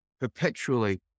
perpetually